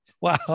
Wow